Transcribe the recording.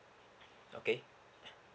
okay